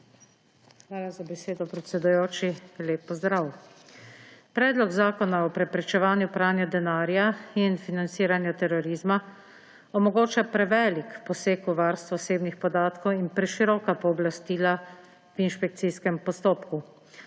Hvala za besedo, predsedujoči. Lep pozdrav! Predlog zakona o preprečevanju pranja denarja in financiranju terorizma omogoča prevelik poseg v varstvo osebnih podatkov in preširoka pooblastila v inšpekcijskem postopku.